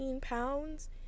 pounds